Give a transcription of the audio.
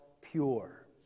pure